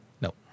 No